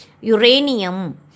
Uranium